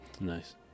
Nice